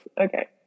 okay